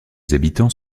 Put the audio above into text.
habitants